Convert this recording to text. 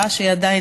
נשאר,